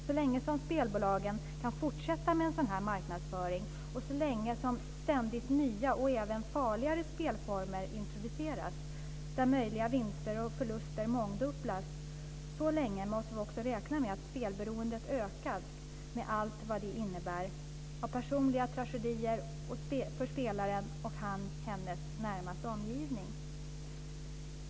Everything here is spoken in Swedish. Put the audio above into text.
Så länge som spelbolagen kan fortsätta med en sådan marknadsföring, och så länge som nya och även farligare spelformer introduceras där möjliga vinster och förluster mångdubblas, måste vi också räkna med att spelberoendet ökar med allt vad det innebär av personliga tragedier för spelaren och hans eller hennes närmaste omgivning.